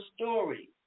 story